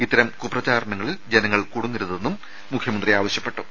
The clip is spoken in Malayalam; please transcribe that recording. ഇത്തരം കുപ്രചരണങ്ങളിൽ ജനങ്ങൾ കുടുങ്ങരുതെന്നും മുഖ്യമന്ത്രി ആവശ്യപ്പെട്ടു